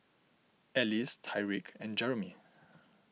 Ellis Tyrek and Jeremey